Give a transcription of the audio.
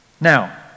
Now